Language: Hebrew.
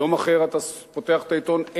יום אחר אתה פותח את העיתון,